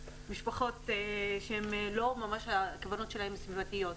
משפחות שהכוונות שלהן לא ממש סביבתיות.